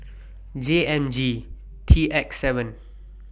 J M G T X seven